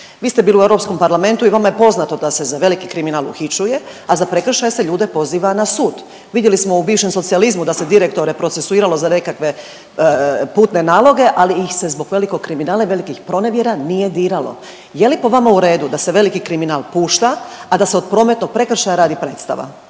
Vi ste bili u Europskom parlamentu i vama je poznato da se za veliki kriminal uhićuje, a za prekršaje se ljude poziva na sud. Vidjeli smo u bivšem socijalizmu da se direktore procesuiralo za nekakve putne naloge, ali ih se zbog velikog kriminala i velikih pronevjera nije diralo. Je li po vama u redu da se veliki kriminal pušta, a da se od prometnog prekršaja radi predstava?